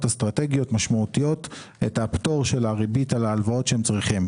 אסטרטגיות משמעותיות את הפטור של הריבית על ההלוואות שהן צריכות.